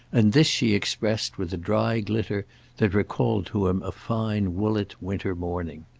and this she expressed with a dry glitter that recalled to him a fine woollett winter morning.